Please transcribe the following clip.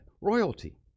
Royalty